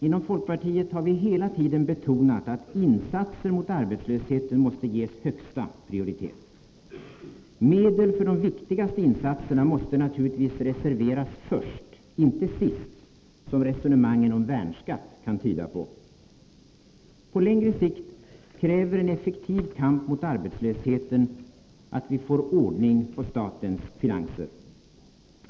Inom folkpartiet har vi hela tiden betonat att insatser mot arbetslösheten måste ges högsta prioritet. Medel för de viktigaste insatserna måste naturligtvis reserveras först — inte sist, som resonemangen om värnskatt kan tyda på. På längre sikt kräver en effektiv kamp mot arbetslösheten att vi får ordning på statens finanser.